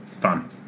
Fun